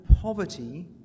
poverty